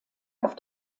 auf